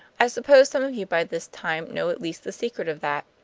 i suppose some of you by this time know at least the secret of that.